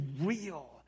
real